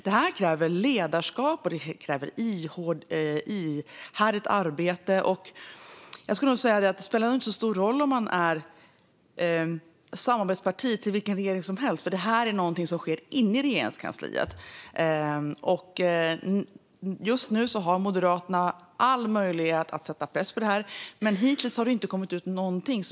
Det kräver ledarskap och ihärdigt arbete. Det spelar inte så stor roll att man är samarbetsparti till vilken regering som helst. Detta är något som sker inne i Regeringskansliet. Just nu har Moderaterna all möjlighet att sätta press på det. Men hittills har det inte kommit ut någonting.